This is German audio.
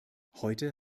heute